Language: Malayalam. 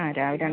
ആ രാവിലെ